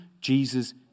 Jesus